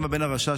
גם הבן הרשע,